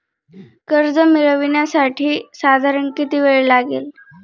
कर्ज मिळविण्यासाठी साधारण किती वेळ लागेल?